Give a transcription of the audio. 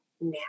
now